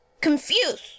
confused